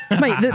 Mate